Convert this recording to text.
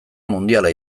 mundiala